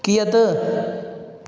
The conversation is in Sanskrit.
कियत्